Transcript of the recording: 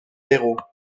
héros